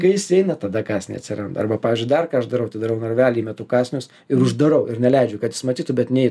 kai jis įeina tada kąsnia atsiranda arba pavyzdžiui dar ką aš darau tai darau narvely įmetu kąsnius ir uždarau ir neleidžiu kad jis matytų bet neitų